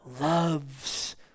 loves